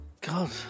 God